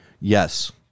yes